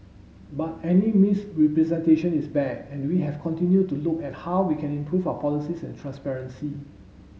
but any misrepresentation is bad and we have continued to look at how we can improve our policies and transparency